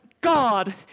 God